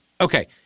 Okay